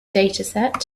dataset